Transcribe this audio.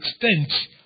extent